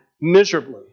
miserably